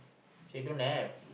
say don't have